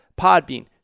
Podbean